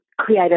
create